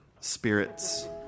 Spirits